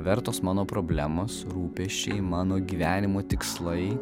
vertos mano problemos rūpesčiai mano gyvenimo tikslai